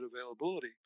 availability